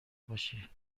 باشی